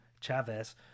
chavez